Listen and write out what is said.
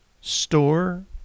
store